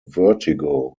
vertigo